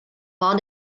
war